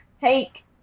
take